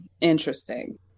interesting